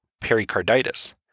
pericarditis